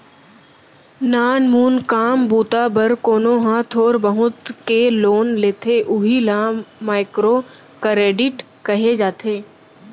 नानमून काम बूता बर कोनो ह थोर बहुत के लोन लेथे उही ल माइक्रो करेडिट कहे जाथे